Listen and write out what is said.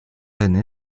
ainé